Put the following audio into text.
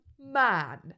man